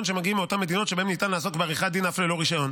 שמגיעים מאותן מדינות שבהן ניתן לעסוק בעריכת דין אף ללא רישיון.